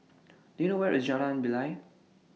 Do YOU know Where IS Jalan Bilal